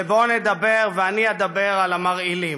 ואני אדבר על המרעילים.